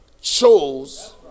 chose